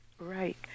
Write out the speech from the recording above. Right